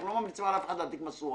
אנחנו לא ממליצים על אף אחד להדליק משואה.